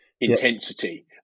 intensity